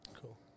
Cool